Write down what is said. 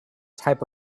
type